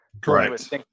correct